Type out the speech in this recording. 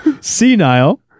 senile